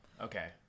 Okay